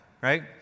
right